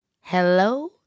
hello